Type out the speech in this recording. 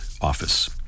office